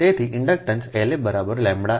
તેથી inductance La ʎa I a